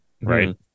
Right